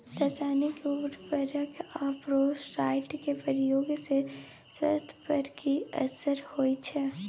रसायनिक उर्वरक आ पेस्टिसाइड के प्रयोग से स्वास्थ्य पर कि असर होए छै?